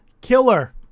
killer